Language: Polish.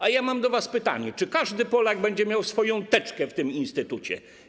A ja mam do was pytanie: Czy każdy Polak będzie miał swoją teczkę w tym instytucie?